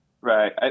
Right